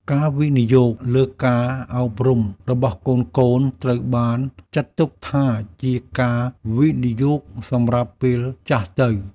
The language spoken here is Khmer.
ការវិនិយោគលើការអប់រំរបស់កូនៗ ត្រូវបានចាត់ទុកថាជាការវិនិយោគសម្រាប់ពេលចាស់ទៅ។